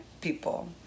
people